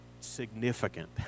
significant